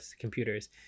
computers